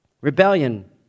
Rebellion